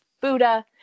Buddha